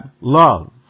love